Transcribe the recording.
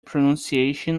pronunciation